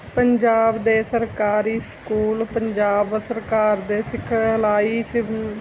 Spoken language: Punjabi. ਪੰਜਾਬ ਦੇ ਸਰਕਾਰੀ ਸਕੂਲ ਪੰਜਾਬ ਸਰਕਾਰ ਦੇ ਸਿਖਲਾਈ ਸਿ